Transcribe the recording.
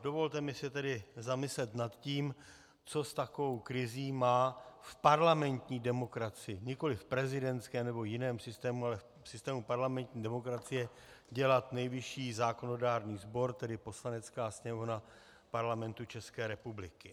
Dovolte mi tedy se zamyslet nad tím, co s takovou krizí má v parlamentní demokracii, nikoli v prezidentském nebo jiném systému, ale v systému parlamentní demokracie dělat nejvyšší zákonodárný sbor, tedy Poslanecká sněmovna Parlamentu České republiky.